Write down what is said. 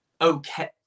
okay